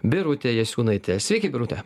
birutė jasiūnaitė sveiki birute